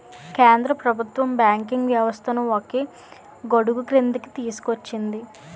కేంద్ర ప్రభుత్వం బ్యాంకింగ్ వ్యవస్థను ఒకే గొడుగుక్రిందికి తీసుకొచ్చింది